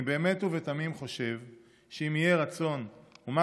אני חושב באמת ובתמים שאם יהיה רצון ומה